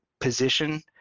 position